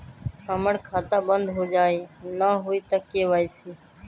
हमर खाता बंद होजाई न हुई त के.वाई.सी?